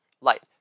light